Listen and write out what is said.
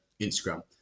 Instagram